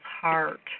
heart